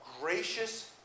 gracious